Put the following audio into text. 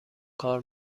کار